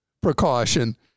precaution